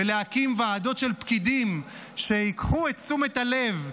ולהקים ועדות של פקידים שייקחו את תשומת הלב,